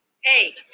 Hey